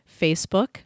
Facebook